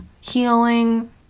healing